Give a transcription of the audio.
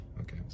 Okay